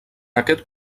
aquest